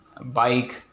bike